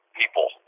people